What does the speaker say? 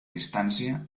distància